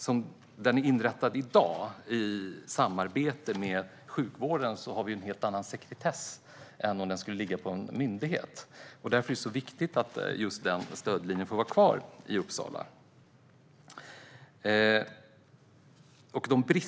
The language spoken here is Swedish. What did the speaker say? Som den är inrättad i dag, i samarbete med sjukvården, har vi en helt annan sekretess än om den skulle ligga hos en myndighet. Därför är det så viktigt att stödlinjen får vara kvar i Uppsala.